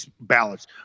ballots